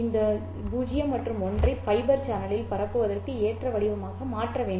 இந்த 0 மற்றும் 1 ஐ ஃபைபர் சேனலில் பரப்புவதற்கு ஏற்ற வடிவமாக மாற்ற வேண்டும்